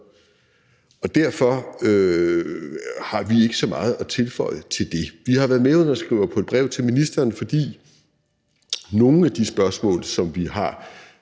Derfor har vi ikke så meget at tilføje til det. Vi har været medunderskrivere på et brev til ministeren, fordi nogle af de spørgsmål, som vi har,